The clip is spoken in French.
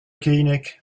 keinec